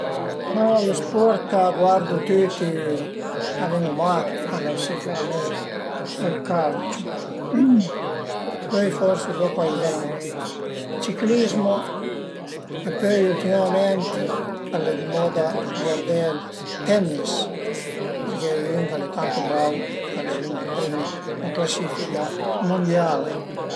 A le sport ch'a guardu tüti, a ven-u mat, al e sicurament ël calcio pöi forsi dopu a i ven ciclizmo e pöi ültimament al e dë moda guardé ël tennis përché a ie ün ch'al e tantu brau, al e ün di primmi ën clasifica mundiala